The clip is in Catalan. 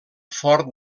fort